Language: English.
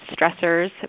stressors